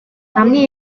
амны